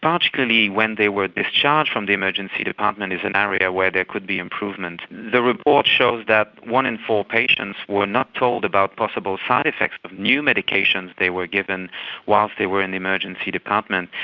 particularly when they were discharged from the emergency department is an area where there could be improvement. the report shows that one in four patients were not told about possible side effects of new medications they were given whilst they were in the emergency department.